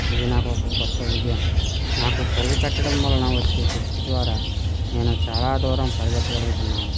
ఇది నాకు ఒక గొప్ప విజయం నాకు పరుగు పెట్టడం వలన వచ్చే శక్తి ద్వారా నేను చాలా దూరం పరిగెత్తగలుగుతున్నాను